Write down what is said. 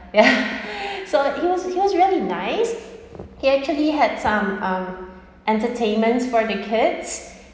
ya so he was he was really nice he actually had some um entertainment for the kids